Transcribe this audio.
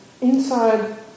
inside